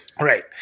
Right